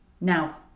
Now